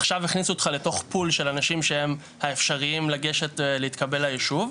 עכשיו הכניסו אותך לתוך פול של אנשים שהם האפשריים לגשת להתקבל ליישוב.